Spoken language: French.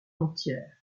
entière